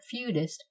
feudist